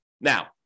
Now